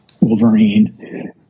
Wolverine